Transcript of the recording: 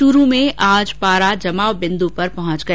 चूरू में आज पारा जमावबिन्दु पर पहुंच गया